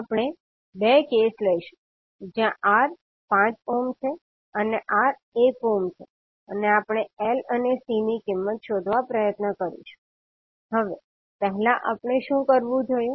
આપણે 2 કેસ લઈશું જ્યાં R 5 ઓહ્મ છે અને R 1 ઓહ્મ છે અને આપણે L અને C ની કિંમત શોધવા પ્રયત્ન કરીશું હવે પહેલા આપણે શું કરવું જોઈએ